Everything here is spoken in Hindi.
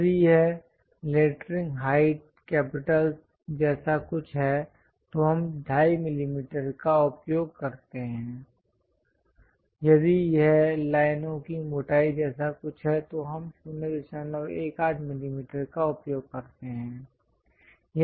यदि यह लेटरिंग हाइट कैपिटल्स जैसा कुछ है तो हम 25 मिलीमीटर का उपयोग करते हैं यदि यह लाइनों की मोटाई जैसा कुछ है तो हम 018 मिमी का उपयोग करते हैं